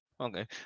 Okay